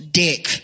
dick